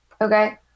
Okay